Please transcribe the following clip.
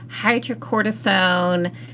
hydrocortisone